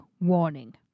warning